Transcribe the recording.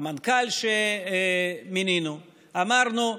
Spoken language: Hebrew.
המנכ"ל שמינינו, אמרנו: